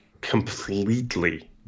completely